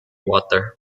water